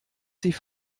sie